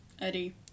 Eddie